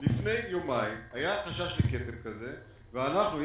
לפני יומיים היה חשש לכתם כזה ואנחנו,